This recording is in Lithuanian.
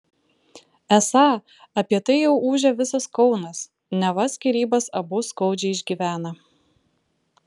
esą apie tai jau ūžia visas kaunas neva skyrybas abu skaudžiai išgyvena